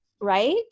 Right